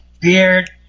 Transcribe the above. Beard